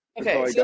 okay